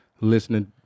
listening